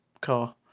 car